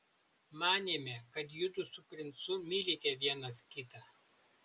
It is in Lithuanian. manėme kad judu su princu mylite vienas kitą